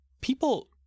people